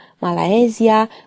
Malaysia